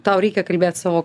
tau reikia kalbėt savo